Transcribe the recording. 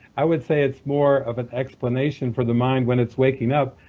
i would say it's more of an explanation for the mind when it's waking up,